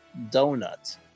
donut